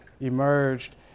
emerged